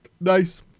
Nice